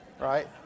right